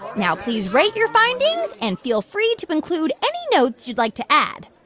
now please rate your findings and feel free to include any notes you'd like to add.